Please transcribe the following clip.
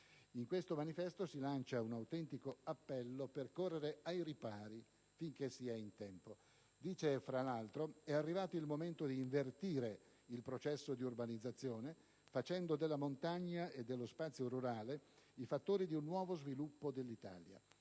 della montagna», che lancia un autentico appello per correre ai ripari finché si è in tempo. Questo documento sostiene tra l'altro che è arrivato il momento d'invertire il processo di urbanizzazione, facendo della montagna e dello spazio rurale i fattori di un nuovo sviluppo dell'Italia.